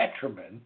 detriment